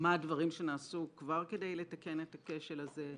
מה הם הדברים שנעשו כבר כדי לתקן את הכשל הזה?